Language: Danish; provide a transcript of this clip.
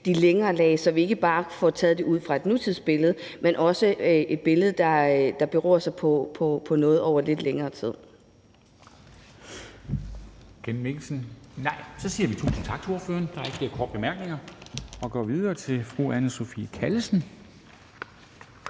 de dybere lag, så vi ikke bare får taget det ud fra et nutidsbillede, men at det også beror på noget over lidt længere tid.